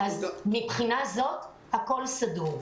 מהבחינה הזאת הכל מסודר.